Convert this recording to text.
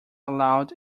aloud